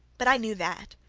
but i knew that.